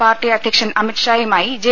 party അധ്യക്ഷൻ അമിത്ഷായുമായി J